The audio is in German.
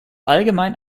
allgemein